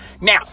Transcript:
Now